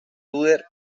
las